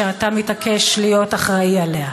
שאתה מתעקש להיות אחראי לה?